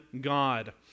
God